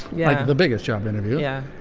yeah. the biggest job interview. yeah.